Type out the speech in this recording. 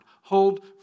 Hold